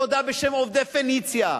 תודה בשם עובדי "פניציה",